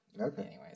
Okay